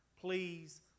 please